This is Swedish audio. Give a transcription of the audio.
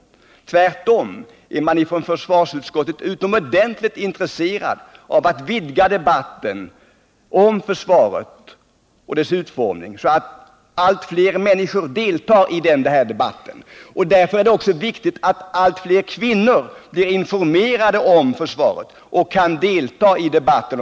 Tvärtom är man inom försvarsutskottet utomordentligt intresserad av att vidga debatten om försvaret och dess utformning så att allt fler människor deltar i den. Därför är det också viktigt att allt fler kvinnor blir informerade om försvaret och kan delta i debatten.